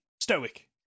stoic